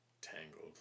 Tangled